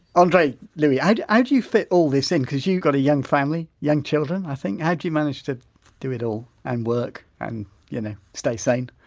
andre louis, how do ah do you fit all this in because you've got a young family, young children i think, how do you manage to do it all and work and you know stay sane?